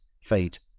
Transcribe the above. fate